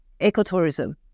ecotourism